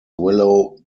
willow